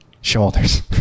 shoulders